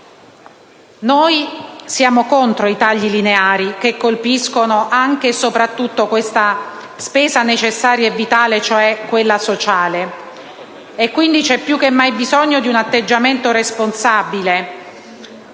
Noi siamo contro i tagli lineari, che colpiscono anche e soprattutto questa spesa necessaria e vitale, cioè quella sociale, e quindi c'è più che mai bisogno di un atteggiamento responsabile,